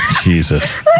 Jesus